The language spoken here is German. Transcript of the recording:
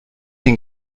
den